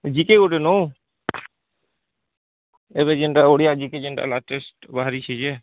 GK ଗୁଟେ ନଉ ଏବେ ଯେନ୍ତା ଓଡ଼ିଆ ଜିକେ ଯେନ୍ତା ଲାଟେଷ୍ଟ ବାହାରିଛି ଯେ